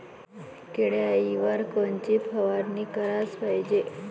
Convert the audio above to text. किड्याइवर कोनची फवारनी कराच पायजे?